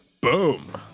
Boom